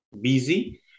busy